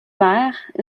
mère